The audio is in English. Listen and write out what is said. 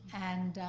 and